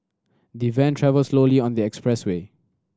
the van travelled slowly on the expressway